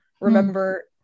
remember